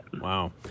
Wow